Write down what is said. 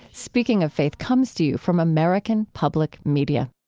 speaking of faith comes to you from american public media